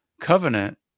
covenant